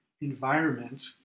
environment